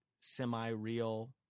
semi-real